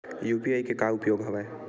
UPI के का उपयोग हवय?